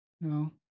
No